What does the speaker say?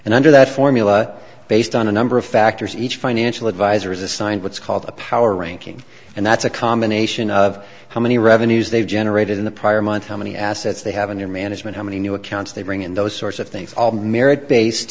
and under that formula based on a number of factors each financial advisor is assigned what's called a power ranking and that's a combination of how many revenues they've generated in the prior month how many assets they have in their management how many new accounts they bring in those sorts of things all the merit based